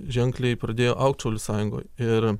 ženkliai pradėjo augt šaulių sąjungoj ir